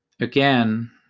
Again